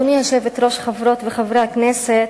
גברתי היושבת-ראש, חברות וחברי הכנסת,